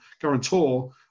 guarantor